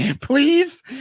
please